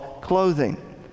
clothing